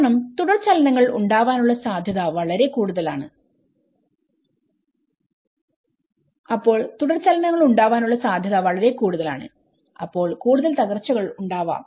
കാരണം തുടർചലനങ്ങൾ ഉണ്ടാവാനുള്ള സാധ്യത വളരെ കൂടുതലാണ് അപ്പോൾ കൂടുതൽ തകർച്ചകൾ ഉണ്ടാവാം